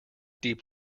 deep